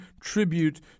tribute